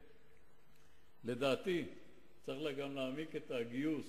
לדעתי גם צריך להעמיק את הגיוס